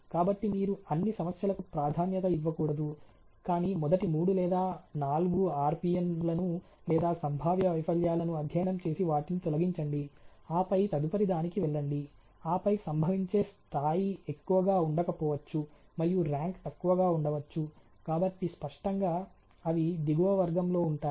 కాబట్టి మీరు అన్ని సమస్యలకు ప్రాధాన్యత ఇవ్వకూడదు కాని మొదటి 3 లేదా 4 ఆర్పిఎన్ లను లేదా సంభావ్య వైఫల్యాలను అధ్యయనం చేసి వాటిని తొలగించండి ఆపై తదుపరిదానికి వెళ్ళండి ఆపై సంభవించే స్థాయి ఎక్కువగా ఉండకపోవచ్చు మరియు ర్యాంక్ తక్కువగా ఉండవచ్చు కాబట్టి స్పష్టంగా అవి దిగువ వర్గంలో ఉంటాయి